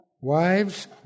Wives